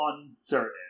uncertain